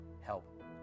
help